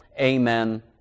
amen